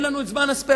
אין לנו את זמן הספייר,